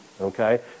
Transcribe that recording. okay